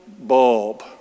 bulb